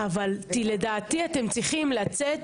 אבל לדעתי אתם צריכים לצאת